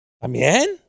también